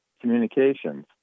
communications